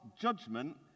judgment